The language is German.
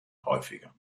häufiger